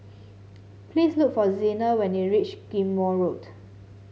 please look for Xena when you reach Ghim Moh Road